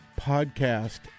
podcast